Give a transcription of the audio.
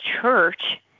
church